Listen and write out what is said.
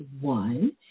One